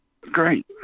great